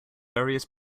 various